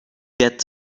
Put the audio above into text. get